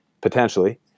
potentially